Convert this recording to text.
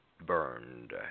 burned